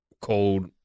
cold